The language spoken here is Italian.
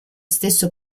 stesso